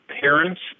parents